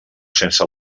sense